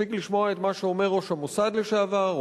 מספיק לשמוע את מה שאומר ראש המוסד לשעבר,